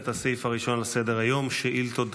הסעיף הראשון בסדר-היום הוא שאילתות דחופות.